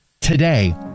today